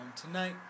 tonight